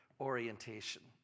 orientation